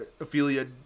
Ophelia